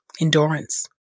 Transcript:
endurance